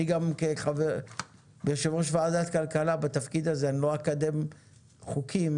בתפקידי כיושב-ראש ועדת כלכלה אני לא אקדם חוקים